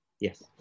Yes